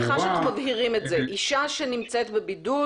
אז אני שמחה שאנחנו מבהירים את זה: אישה שנמצאת בבידוד